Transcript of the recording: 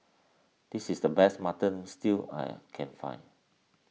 this is the best Mutton Stew I'll can find